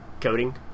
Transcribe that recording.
coding